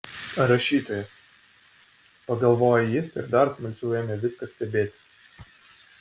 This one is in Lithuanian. rašytojas pagalvojo jis ir dar smalsiau ėmė viską stebėti